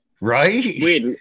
Right